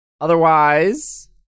Otherwise